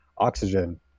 Oxygen